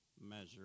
measure